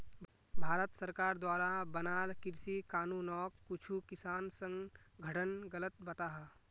भारत सरकार द्वारा बनाल कृषि कानूनोक कुछु किसान संघठन गलत बताहा